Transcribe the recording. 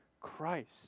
Christ